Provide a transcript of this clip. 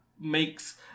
makes